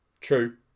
True